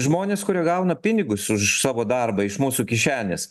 žmones kurie gauna pinigus už savo darbą iš mūsų kišenės